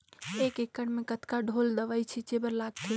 एक एकड़ म कतका ढोल दवई छीचे बर लगथे?